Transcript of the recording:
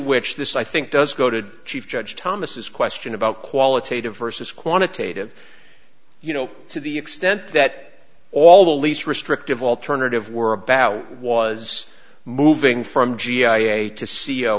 which this i think does go to chief judge thomas is question about qualitative versus quantitative you know to the extent that all the least restrictive alternative we're about was moving from g i a to